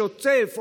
שוצף,